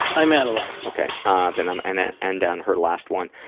i'm out of loves. ok, then i'm gonna end on her last one.